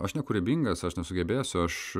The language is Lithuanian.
aš nekūrybingas aš nesugebėsiu aš